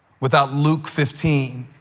without luke fifteen.